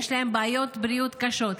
יש להם בעיות בריאות קשות,